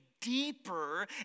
deeper